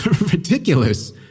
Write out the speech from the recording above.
Ridiculous